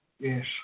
Yes